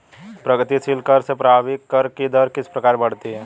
प्रगतिशील कर से प्रभावी कर की दर किस प्रकार बढ़ती है?